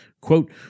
quote